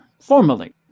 formally